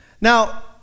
Now